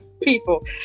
people